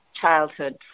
childhood